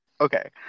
Okay